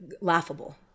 laughable